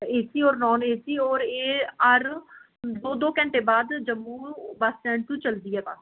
ए C होर non AC होर ऐ हर दो दो घैंटे बाद जम्मू बस स्टैंड तो चलदी ऐ बस